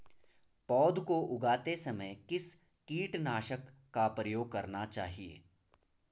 पौध को उगाते समय किस कीटनाशक का प्रयोग करना चाहिये?